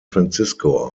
francisco